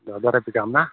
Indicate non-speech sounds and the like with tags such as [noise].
[unintelligible] نہ